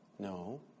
No